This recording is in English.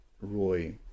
Roy